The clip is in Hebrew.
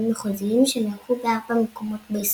מחוזיים שנערכו בארבעה מקומות בישראל.